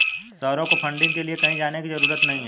सौरभ को फंडिंग के लिए कहीं जाने की जरूरत नहीं है